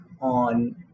on